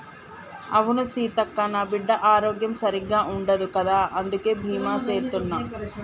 అవును సీతక్క, నా బిడ్డ ఆరోగ్యం సరిగ్గా ఉండదు కదా అందుకే బీమా సేత్తున్న